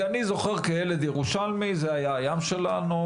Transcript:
כי אני זוכר כילד ירושלמי זה היה הים שלנו,